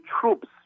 troops